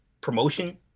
promotion